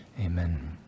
Amen